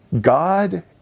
God